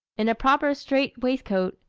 in a proper strait-waistcoat,